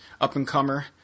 up-and-comer